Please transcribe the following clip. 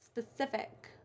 specific